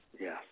Yes